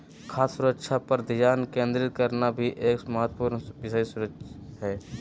खाद्य सुरक्षा पर ध्यान केंद्रित करना भी एक महत्वपूर्ण विषय हय